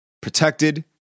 protected